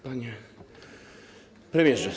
Panie Premierze!